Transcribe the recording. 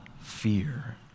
fear